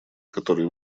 который